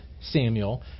Samuel